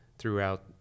Throughout